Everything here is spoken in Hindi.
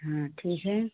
हाँ ठीक है